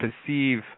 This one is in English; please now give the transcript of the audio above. perceive